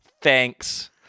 Thanks